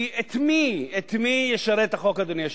כי את מי ישרת החוק, אדוני היושב-ראש?